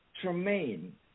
Tremaine